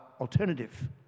alternative